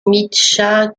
michał